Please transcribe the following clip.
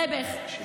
נעבעך.